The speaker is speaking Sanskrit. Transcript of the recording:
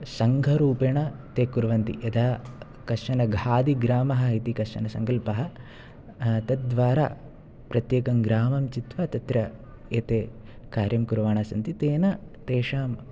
सङ्घरूपेण ते कुर्वन्ति यथा कश्चन घादिग्रामः इति कश्चन सङ्कल्पः तद्वारा प्रत्येकं ग्रामं चित्वा तत्र एते कार्यं कुर्वाणाः सन्ति तेन तेषां